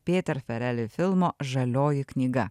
filmo žalioji knyga